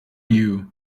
you